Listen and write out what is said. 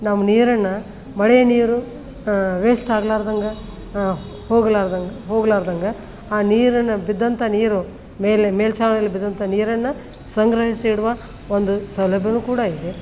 ನಮ್ಮ ನೀರನ್ನ ಮಳೆಯ ನೀರು ವೇಸ್ಟ್ ಆಗ್ಲಾರ್ದಂಗೆ ಹೋಗ್ಲಾರ್ದಂಗೆ ಹೋಗ್ಲಾರ್ದಂಗೆ ಆ ನೀರನ್ನು ಬಿದ್ದಂಥ ನೀರು ಮೇಲೆ ಮೇಲ್ಛಾವಣಿಯಲ್ಲಿ ಬಿದ್ದಂಥ ನೀರನ್ನು ಸಂಗ್ರಹಿಸಿಡುವ ಒಂದು ಸೌಲಭ್ಯನು ಕೂಡ ಇದೆ